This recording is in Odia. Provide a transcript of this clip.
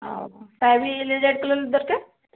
ଆଉ ଶାଢ଼ୀ ରେଡ୍ କଲର୍ର ଦରକାର